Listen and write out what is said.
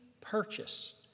purchased